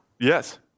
Yes